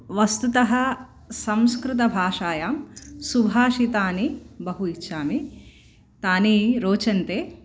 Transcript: वस्तुतः संस्कृतभाषायां सुभाषितानि बहु इच्छामि तानि रोचन्ते